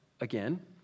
again